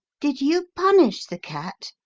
did you punish the cat?